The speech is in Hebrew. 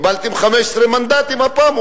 קיבלתם 15 מנדטים הפעם,